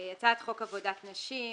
הצעת חוק עבודת נשים,